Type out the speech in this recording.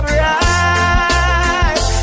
right